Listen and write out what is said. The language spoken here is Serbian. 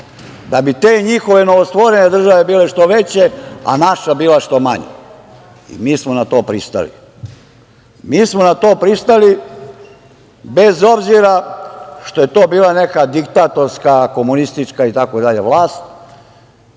da bi te njihove novostvorene države bile što veće, a naša bila što manja. I mi smo na to pristali. Mi smo na to pristali, bez obzira što je to bila neka diktatorska, komunistička itd. vlast,